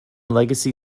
legacy